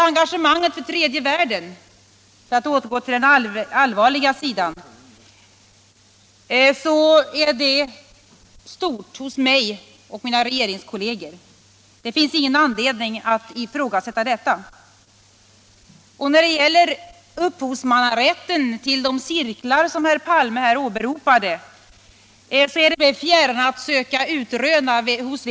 Engagemanget för tredje världen — för att återgå till den allvarliga sidan — är stort hos mig och mina regeringskolleger. Det finns ingen anledning att ifrågasätta detta. Det är mig fjärran att söka utröna hos vem upphovsmannarätten ligger till de cirklar som herr Palme åberopade.